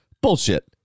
bullshit